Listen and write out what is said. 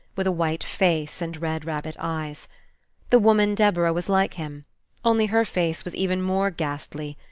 with a white face and red rabbit-eyes. the woman deborah was like him only her face was even more ghastly,